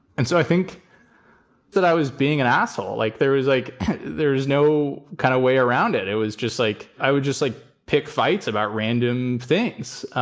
and so i think that i was being an asshole, like there is like there's no kind of way around it. it was just like i would just like pick fights about random things.